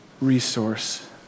resource